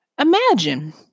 imagine